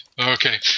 Okay